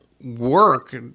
work